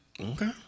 Okay